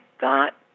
got